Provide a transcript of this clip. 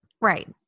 right